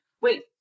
wait